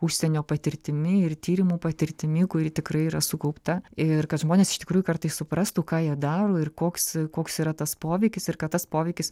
užsienio patirtimi ir tyrimų patirtimi kuri tikrai yra sukaupta ir kad žmonės iš tikrųjų kartais suprastų ką jie daro ir koks koks yra tas poveikis ir kad tas poveikis